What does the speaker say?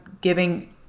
giving